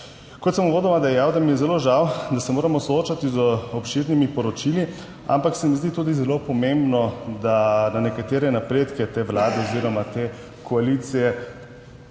Kot sem uvodoma dejal, mi je zelo žal, da se moramo soočati z obširnimi poročili, ampak se mi zdi tudi zelo pomembno, da nekatere napredke te vlade oziroma te koalicije